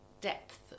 depth